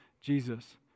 Jesus